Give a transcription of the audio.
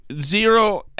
zero